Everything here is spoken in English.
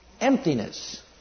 emptiness